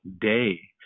day